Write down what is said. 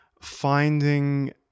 finding